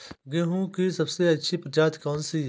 गेहूँ की सबसे अच्छी प्रजाति कौन सी है?